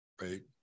right